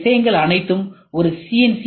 எனவே இந்த விஷயங்கள் அனைத்தும் ஒரு சி